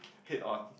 head on